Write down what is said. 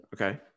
Okay